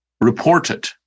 reported